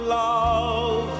love